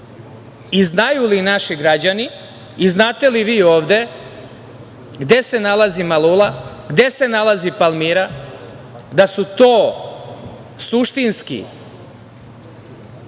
Znaju li naši građani i znate li vi ovde gde se nalazi Malula, gde se nalazi Palmira, da su to suštinski